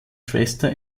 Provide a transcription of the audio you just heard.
schwester